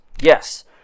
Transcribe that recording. Yes